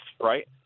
right